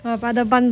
mm